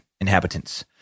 inhabitants